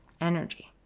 energy